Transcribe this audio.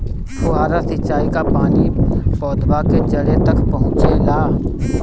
फुहारा सिंचाई का पानी पौधवा के जड़े तक पहुचे ला?